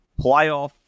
playoff